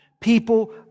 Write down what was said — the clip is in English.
people